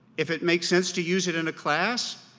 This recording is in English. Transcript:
if it makes sense to use it in a class,